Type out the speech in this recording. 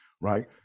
right